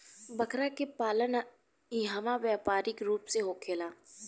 बकरा के पालन इहवा व्यापारिक रूप से होखेला